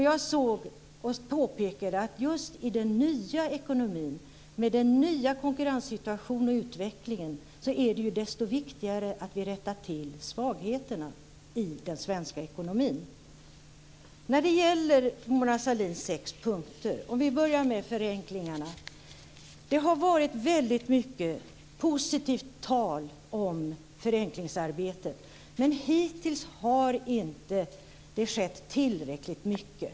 Jag påpekade att just i den nya ekonomin med den nya konkurrenssituationen och den nya utvecklingen är det ännu viktigare att vi rättar till svagheterna i den svenska ekonomin. Mona Sahlin tog upp sex punkter. Låt mig börja med förenklingarna. Det har varit väldigt mycket positivt tal om förenklingsarbete, men hittills har det inte skett tillräckligt mycket.